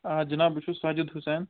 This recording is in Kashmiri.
آ جِناب بہٕ چھُس ساجد حُسین